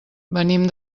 venim